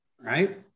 right